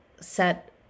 set